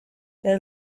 they